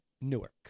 newark